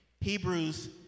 Hebrews